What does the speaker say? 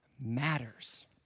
matters